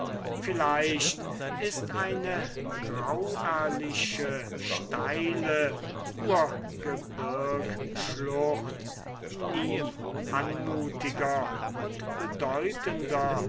vielleicht ist eine grauerliche steile urgebirg schlucht nie anmutiger und bedeutender